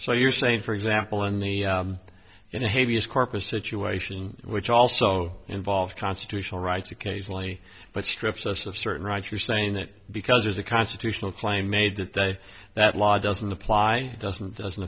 so you're saying for example in the in haiti is corpus situation which also involves constitutional rights occasionally but strips us of certain rights you're saying that because there's a constitutional claim made that day that law doesn't apply doesn't doesn't